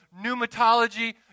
pneumatology